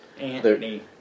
Anthony